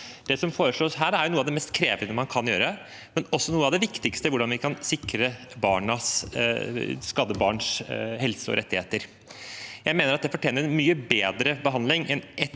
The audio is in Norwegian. Det som foreslås her, er noe av det mest krevende man kan gjøre, men også noe av det viktigste: hvordan vi kan sikre skadde barns helse og rettigheter. Jeg mener at det fortjener en mye bedre behandling enn